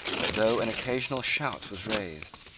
but, though an occasional shout was raised,